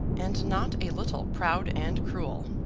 and not a little proud and cruel.